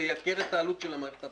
זה ייקר את העלות של המערכת הבנקאית.